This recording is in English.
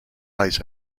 ice